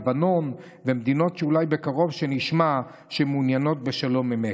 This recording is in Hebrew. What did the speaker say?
לבנון ומדינות שאולי בקרוב נשמע שהן מעוניינות בשלום אמת.